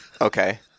Okay